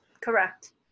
Correct